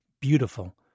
beautiful